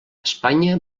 espanya